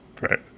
Right